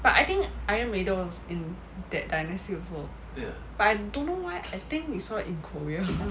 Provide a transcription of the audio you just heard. but I think iron maidens in that dynasty also but I don't know why I think we saw in korea